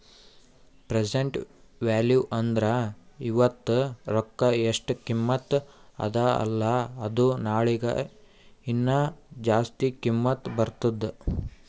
present value ಅಂದುರ್ ಇವತ್ತ ರೊಕ್ಕಾ ಎಸ್ಟ್ ಕಿಮತ್ತ ಅದ ಅಲ್ಲಾ ಅದು ನಾಳಿಗ ಹೀನಾ ಜಾಸ್ತಿ ಕಿಮ್ಮತ್ ಬರ್ತುದ್